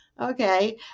Okay